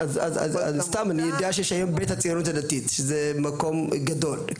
אני יודע שיש היום בית הציונות הדתית שזה מקום גדול.